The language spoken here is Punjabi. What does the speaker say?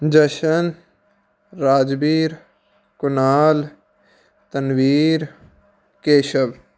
ਜਸ਼ਨ ਰਾਜਵੀਰ ਕੁਨਾਲ ਤਨਵੀਰ ਕੇਸ਼ਵ